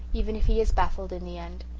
even if he is baffled in the end.